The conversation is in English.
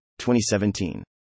2017